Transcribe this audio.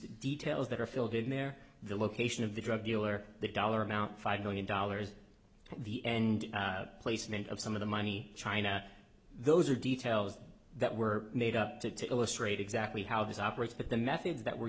details that are filled in there the location of the drug dealer the dollar amount five million dollars the end placement of some of the money china those are details that were made up to illustrate exactly how this operates but the methods that were